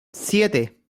siete